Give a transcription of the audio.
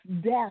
death